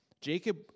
Jacob